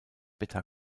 beta